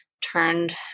turned